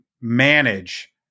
manage